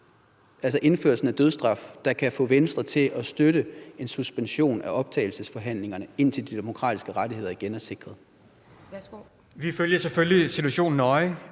virkelig det eneste, der kan få Venstre til at støtte en suspension af optagelsesforhandlingerne, indtil de demokratiske rettigheder igen er sikret? Kl. 13:39 Formanden (Pia